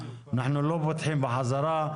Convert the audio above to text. אנחנו לא פותחים בחזרה.